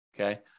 okay